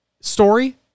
story